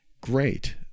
great